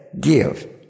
give